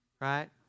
Right